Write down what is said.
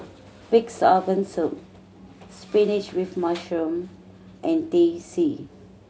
Pig's Organ Soup spinach with mushroom and Teh C